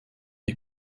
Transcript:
est